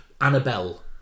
Annabelle